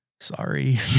sorry